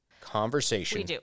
conversation